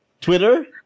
Twitter